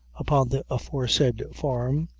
upon the aforesaid farm,